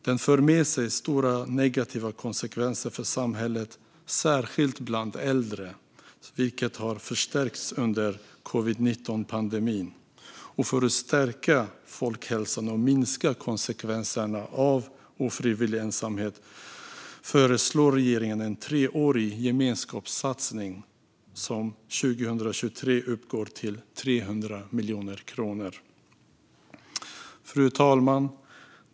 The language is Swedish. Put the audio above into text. Den för med sig stora negativa konsekvenser för samhället, särskilt bland äldre, vilket har förstärkts under covid-19-pandemin. För att stärka folkhälsan och minska konsekvenserna av ofrivillig ensamhet föreslår regeringen en treårig gemenskapssatsning som 2023 uppgår till 300 miljoner kronor. Fru talman!